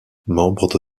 membre